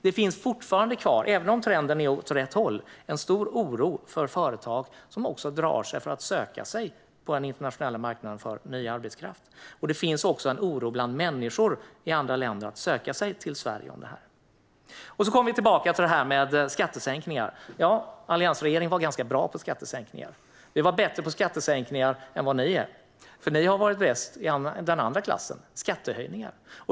Det finns fortfarande kvar, även om trenden går åt rätt håll, en stor oro hos företag som drar sig för att söka ny arbetskraft på den internationella marknaden. Det finns också en oro bland människor i andra länder för att söka sig till Sverige på grund av det här. Så kommer vi tillbaka till det här med skattesänkningar. Ja, alliansregeringen var ganska bra på skattesänkningar. Vi var bättre på skattesänkningar än vad ni är, för ni har varit bäst i den andra klassen, nämligen skattehöjningar.